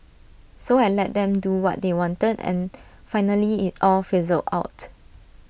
so I let them do what they wanted and finally IT all fizzled out